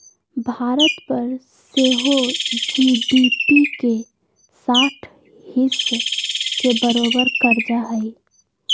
भारत पर सेहो जी.डी.पी के साठ हिस् के बरोबर कर्जा हइ